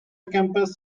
campus